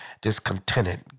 discontented